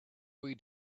way